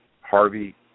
Harvey